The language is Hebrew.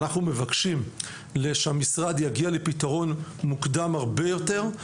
אנחנו מבקשים שהמשרד יגיע לפתרון מוקדם הרבה יותר,